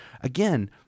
again